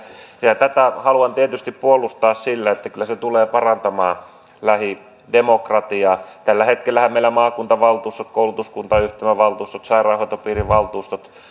ja tätä haluan tietysti puolustaa sillä että kyllä se tulee parantamaan lähidemokratiaa tällä hetkellähän meillä maakuntavaltuustot koulutuskuntayhtymävaltuustot sairaanhoitopiirivaltuustot